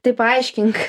tai paaiškink